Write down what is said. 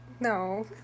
No